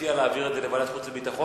שמציע להעביר את זה לוועדת החוץ והביטחון?